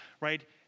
right